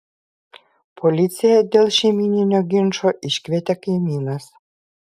policiją dėl šeimyninio ginčo iškvietė kaimynas